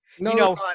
No